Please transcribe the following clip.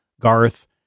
Garth